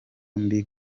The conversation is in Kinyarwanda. mbi